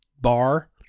bar